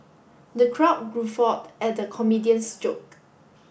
the crowd guffawed at the comedian's joke